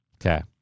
Okay